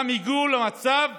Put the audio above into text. גם הגיעו למצב,